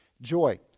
Joy